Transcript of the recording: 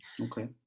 Okay